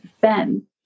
ben